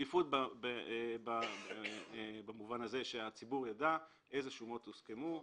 שקיפות במובן הזה שהציבור יידע איזה שומות הוסכמו,